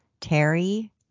Terry